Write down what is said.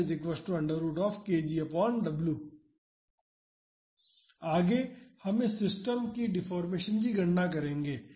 आगे हम इस सिस्टम की डेफोर्मेशन की गणना करेंगे